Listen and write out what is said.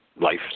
life